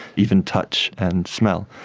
even touch and smell.